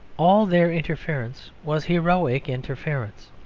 all their interference was heroic interference.